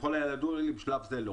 ככל הידוע לי, בשלב זה לא.